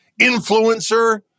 influencer